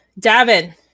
Davin